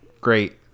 great